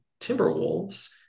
Timberwolves